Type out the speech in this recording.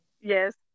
Yes